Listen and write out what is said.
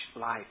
life